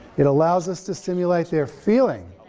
it allows us to simulate their feeling,